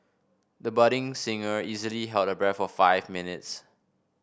the budding singer easily held her breath for five minutes